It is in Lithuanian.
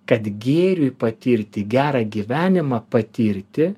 kad gėriui patirti gerą gyvenimą patirti